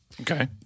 Okay